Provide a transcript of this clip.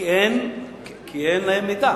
כי אין להם מידע.